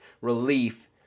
relief